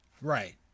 Right